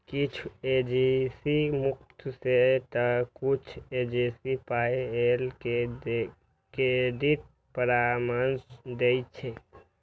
किछु एजेंसी मुफ्त मे तं किछु एजेंसी पाइ लए के क्रेडिट परामर्श दै छै